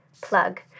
plug